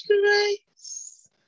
grace